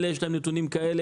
אלה יש להם נתונים כאלה,